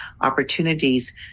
opportunities